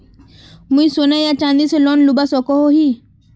मुई सोना या चाँदी से लोन लुबा सकोहो ही?